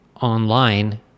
online